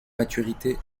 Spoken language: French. maturité